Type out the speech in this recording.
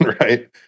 right